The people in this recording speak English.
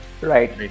right